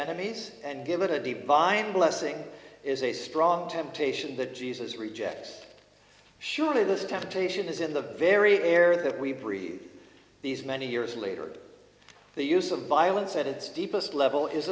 enemies and give it a deep vine blessing is a strong temptation that jesus rejects surely this temptation is in the very air that we breathe these many years later the use of violence at its deepest level is